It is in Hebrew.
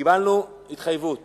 קיבלנו התחייבות